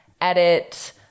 edit